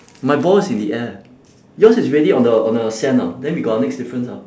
my ball is in the air yours is already on the on the sand ah then we got our next difference ah